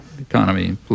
economy